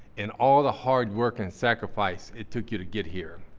and all the hard work and sacrifice it took you to get here.